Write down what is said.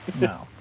no